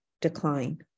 decline